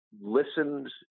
listened